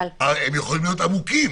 הם יכולים להיות עמוקים,